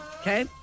Okay